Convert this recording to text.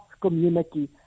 community